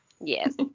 Yes